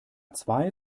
zwei